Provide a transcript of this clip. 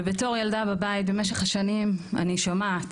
ובתור ילדה בבית במשך השנים אני שומעת